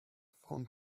phone